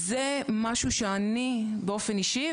זה משהו שאני באופן אישי,